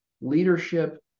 leadership